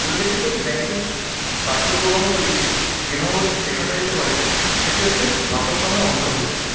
উল্লিখিত ব্যাংকিং কার্যপ্রবাহগুলি যেভাবে শেখানো যেতে পারে সেটি হচ্ছে পাঠ্যক্রমে অন্তর্ভুক্তি